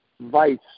vice